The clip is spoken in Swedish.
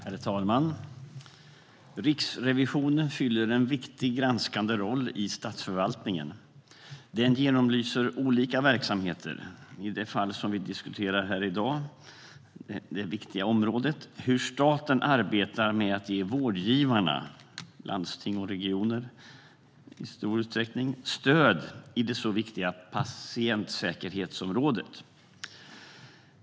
Herr talman! Riksrevisionen fyller en viktig granskande roll i statsförvaltningen. Den genomlyser olika verksamheter. Det fall vi diskuterar här i dag är det viktiga området hur staten arbetar med att ge vårdgivarna - i stor utsträckning landsting och regioner - stöd på det så viktiga patientsäkerhetsområdet.